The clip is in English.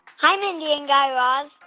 hi, mindy and guy raz.